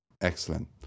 excellent